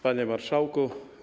Panie Marszałku!